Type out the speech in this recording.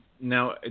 Now